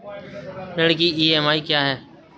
ऋण की ई.एम.आई क्या है?